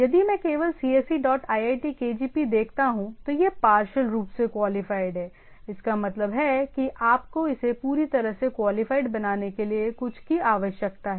यदि मैं केवल cse डॉट iitkgp देखता हूं तो यह पार्शियल रूप से क्वालिफाइड है इसका मतलब है कि आपको इसे पूरी तरह से क्वालिफाइड बनाने के लिए कुछ की आवश्यकता है